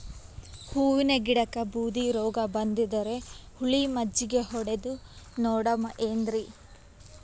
ಹೂವಿನ ಗಿಡಕ್ಕ ಬೂದಿ ರೋಗಬಂದದರಿ, ಹುಳಿ ಮಜ್ಜಗಿ ಹೊಡದು ನೋಡಮ ಏನ್ರೀ?